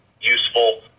useful